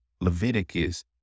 Leviticus